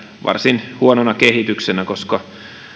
varsin huonona kehityksenä koska